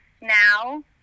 now